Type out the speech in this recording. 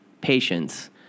patience